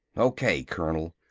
okay, colonel!